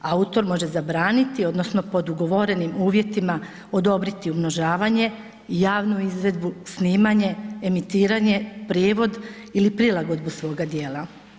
Autor može zabraniti odnosno pod ugovorenim uvjetima odobriti umnožavanje, javnu izvedbu snimanje, emitiranje, prijevod ili prilagodbu svoga djela.